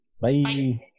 Bye